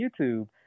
YouTube